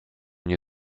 nie